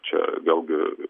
čia vėlgi